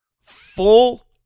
full